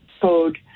code